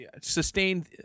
sustained